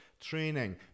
training